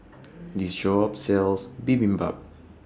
This Shop sells Bibimbap